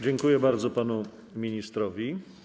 Dziękuję bardzo panu ministrowi.